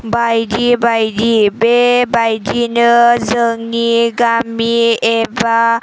बायदि बायदि बे बायदिनो जोंनि गामि एबा